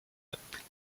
peuples